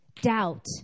doubt